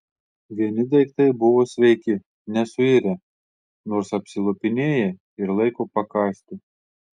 vieni daiktai buvo sveiki nesuirę nors apsilupinėję ir laiko pakąsti